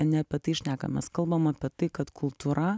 ne apie tai šnekam mes kalbam apie tai kad kultūra